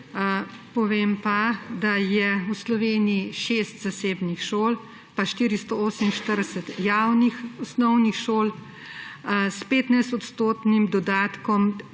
Povem pa, da je v Sloveniji šest zasebnih šol pa 448 javnih osnovnih šol. S 15-odstotnim dodatkom